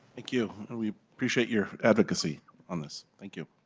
thank you. we appreciate your advocacy on this. thank you.